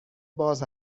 باز